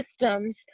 systems